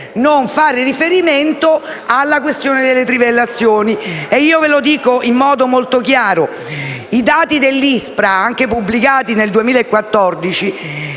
non far riferimento alla questione delle trivellazioni. Lo dico in modo molto chiaro: i dati dell'ISPRA pubblicati nel 2014